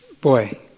Boy